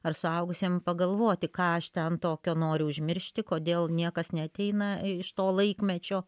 ar suaugusiem pagalvoti ką aš ten tokio noriu užmiršti kodėl niekas neateina iš to laikmečio